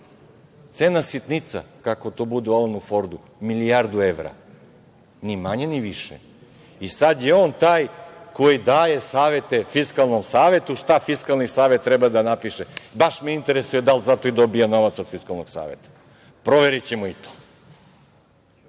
cena sitnica - milijardu evra, ni manje, ni više. Sada je on taj koji daje savete Fiskalnom savetu šta Fiskalni savet treba da napiše. Baš me interesuje da li i za to dobija novac od Fiskalnog saveta? Proverićemo i to,